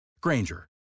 Granger